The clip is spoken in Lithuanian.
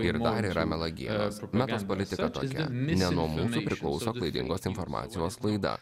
ir dar yra melagienos metos politika tokia ne nuo mūsų priklauso klaidingos informacijos sklaida